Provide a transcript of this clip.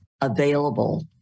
available